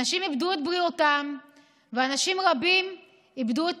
אנשים איבדו את בריאותם,